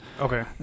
okay